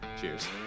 Cheers